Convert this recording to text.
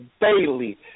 daily